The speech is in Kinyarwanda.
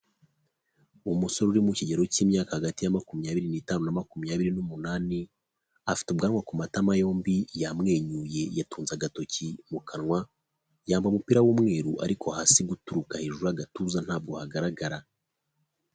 Umusore uri mu kigero cy'imyaka hagati ya makumyabiri n'itanu na makumyabiri n'umunani, afite ubwanwa ku matama yombi yamwenyuye yatunze agatoki mu kanwa yambaye umupira w'umweru, ariko hasi guturuka hejuru y'agatuza ntabwo hagaragara.